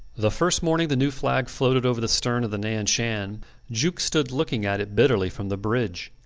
the first morning the new flag floated over the stern of the nan-shan jukes stood looking at it bitterly from the bridge.